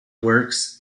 works